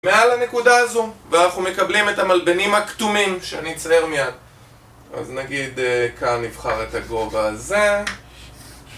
מעל הנקודה הזו, ואנחנו מקבלים את המלבנים הכתומים שאני אצייר מיד אז נגיד כאן נבחר את הגובה הזה